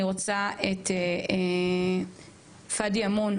אני רוצה לתת את רשות הדיבור לפאדי אמון,